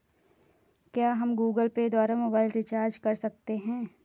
क्या हम Google Pay द्वारा मोबाइल रिचार्ज कर सकते हैं?